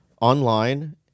online